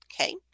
okay